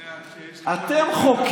ראש ממשלה פושע, אתם חוקרים